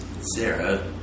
Sarah